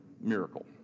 miracle